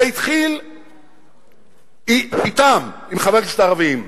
זה התחיל אתם, עם חברי הכנסת הערבים,